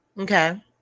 Okay